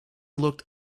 looked